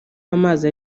w’amazi